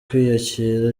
kwiyakira